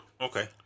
Okay